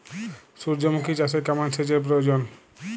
সূর্যমুখি চাষে কেমন সেচের প্রয়োজন?